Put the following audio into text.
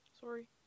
Sorry